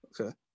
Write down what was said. Okay